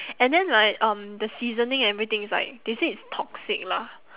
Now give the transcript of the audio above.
and then right um the seasoning everything is like they said it's toxic lah